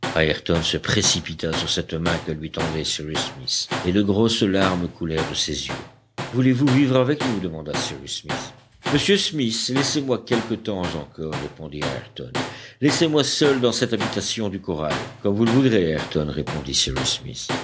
ayrton se précipita sur cette main que lui tendait cyrus smith et de grosses larmes coulèrent de ses yeux voulez-vous vivre avec nous demanda cyrus smith monsieur smith laissez-moi quelque temps encore répondit ayrton laissez-moi seul dans cette habitation du corral comme vous le voudrez ayrton répondit cyrus smith